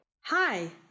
Hi